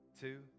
two